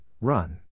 Run